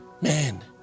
Man